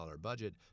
budget